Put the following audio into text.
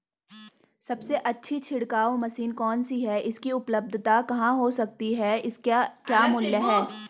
सबसे अच्छी छिड़काव मशीन कौन सी है इसकी उपलधता कहाँ हो सकती है इसके क्या मूल्य हैं?